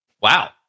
wow